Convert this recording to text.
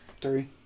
Three